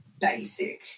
basic